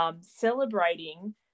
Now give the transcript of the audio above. Celebrating